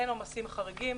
אין עומסים חריגים,